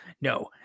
No